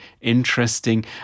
interesting